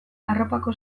arropako